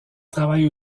travaille